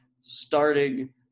starting